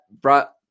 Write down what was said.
brought